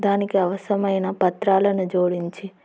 దానికి అవసరమైన పత్రాలను జోడించి